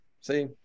see